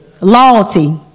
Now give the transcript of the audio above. loyalty